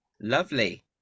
lovely